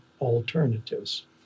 alternatives